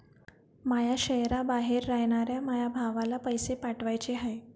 माया शैहराबाहेर रायनाऱ्या माया भावाला पैसे पाठवाचे हाय